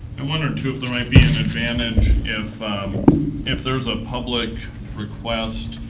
i'm wondering, too, if there might be an advantage if if there is a public request.